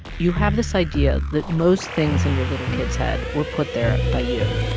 you have this idea that most things in your little kid's head were put there by you